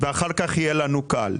ואחר כך יהיה לנו קל.